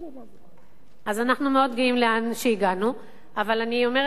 אז אנחנו מאוד גאים שהגענו לאן שהגענו,